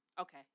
Okay